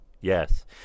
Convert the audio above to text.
yes